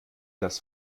das